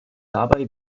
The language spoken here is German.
dabei